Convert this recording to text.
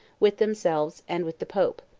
with themselves, and with the pope.